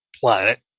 planet